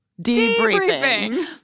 debriefing